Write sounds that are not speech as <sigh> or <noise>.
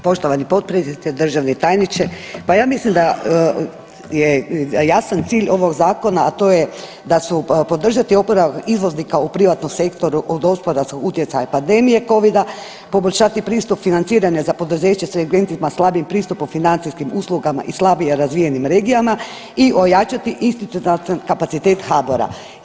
Poštovani potpredsjedniče, državni tajniče, pa ja mislim da je jasan cilj ovog Zakona, a to je da su, podržati oporavak izvoznika u privatnom sektoru od gospodarskog utjecaja pandemije Covida, poboljšati pristup financiranje za poduzeće ... <unintelligible> slabijim pristupom financijskim uslugama i slabije razvijenim regijama i ojačati institucionalni kapacitet HBOR-a.